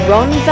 Ron